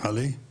נשמע